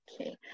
Okay